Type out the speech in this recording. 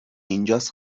اینجاس